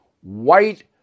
White